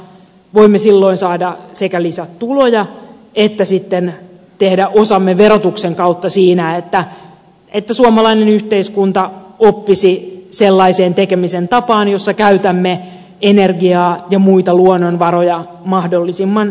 voimme silloin saada sekä lisätuloja että sitten tehdä osamme verotuksen kautta siinä että suomalainen yhteiskunta oppisi sellaiseen tekemisen tapaan jossa käytämme energiaa ja muita luonnonvaroja mahdollisimman säästäväisesti